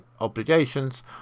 obligations